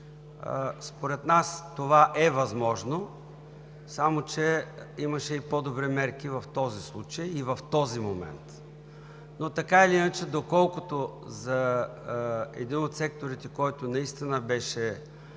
Според нас това е възможно, само че имаше и по-добри мерки в този случай и в този момент. Така или иначе, доколкото за един от секторите, който наистина беше